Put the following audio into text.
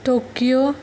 Tokyo